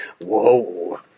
whoa